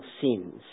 sins